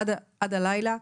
עד הלילה,